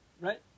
Right